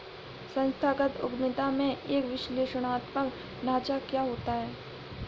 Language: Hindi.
संस्थागत उद्यमिता में एक विश्लेषणात्मक ढांचा क्या होता है?